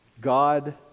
God